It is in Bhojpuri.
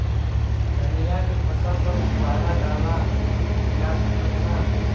धनिया के फसल पर फुहारा डाला जा सकत बा?